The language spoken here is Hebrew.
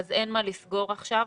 אז אין מה לסגור עכשיו.